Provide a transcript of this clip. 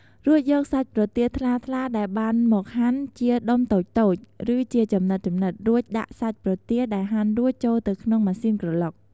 រួចយកសាច់ប្រទាលថ្លាៗដែលបានមកហាន់ជាដុំតូចៗ ឬជាចំណិតៗ រួចដាក់សាច់ប្រទាលដែលហាន់រួចចូលទៅក្នុងម៉ាស៊ីនក្រឡុក។